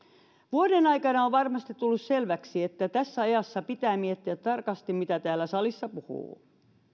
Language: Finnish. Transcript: vuoden aikana on varmasti tullut selväksi että tässä ajassa pitää miettiä tarkasti mitä täällä salissa puhuu